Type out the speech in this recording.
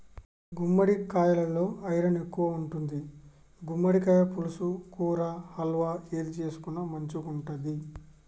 గుమ్మడికాలలో ఐరన్ ఎక్కువుంటది, గుమ్మడికాయ పులుసు, కూర, హల్వా ఏది చేసుకున్న మంచిగుంటది